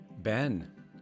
Ben